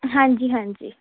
ਹਾਂਜੀ ਹਾਂਜੀ